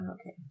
okay